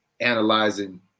analyzing